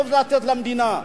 וטוב לתת למדינה: